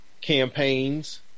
campaigns